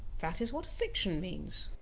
that is what fiction means.